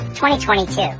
2022